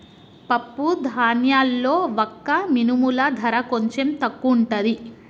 పప్పు ధాన్యాల్లో వక్క మినుముల ధర కొంచెం తక్కువుంటది